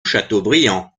chateaubriand